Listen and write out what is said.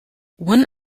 one